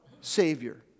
Savior